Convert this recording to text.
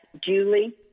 julie